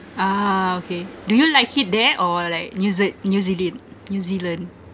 ah okay do you like it there or like new zea~ new zealand new zealand